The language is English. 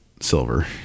silver